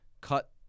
cut